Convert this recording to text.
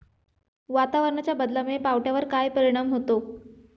वातावरणाच्या बदलामुळे पावट्यावर काय परिणाम होतो?